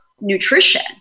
nutrition